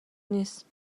نیست